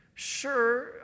Sure